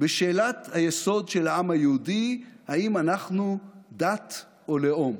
בשאלת היסוד של העם היהודי: האם אנחנו דת או לאום?